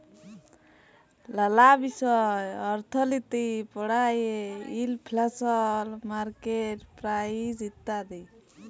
লালা বিষয় অর্থলিতি পড়ায়ে ইলফ্লেশল, মার্কেট প্রাইস ইত্যাদি